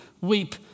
weep